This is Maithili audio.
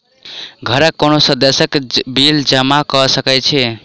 घरक कोनो सदस्यक बिल जमा कऽ सकैत छी की?